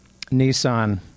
Nissan